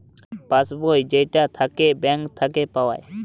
pass বই যেইটা থাকে ব্যাঙ্ক থাকে পাওয়া